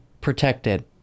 protected